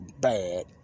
bad